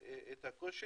הקושי.